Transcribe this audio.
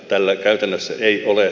täällä käytännössä ei ole